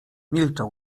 milczał